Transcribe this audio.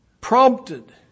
prompted